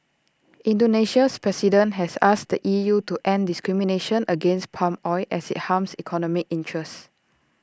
Indonesia's president has asked the E U to end discrimination against palm oil as IT harms economic interests